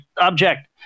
object